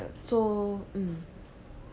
so mm